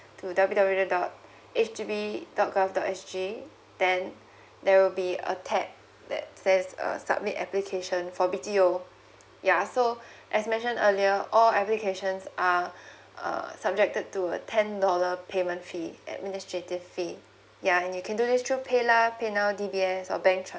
to W W W dot H D B dot gov dot S G then there will be a tab that says err submit application for B_T_O ya so as mentioned earlier all applications are uh subjected to a ten dollar payment fee administrative fee ya and you can do this through paylah paynow D_B_S or bank transfer